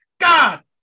God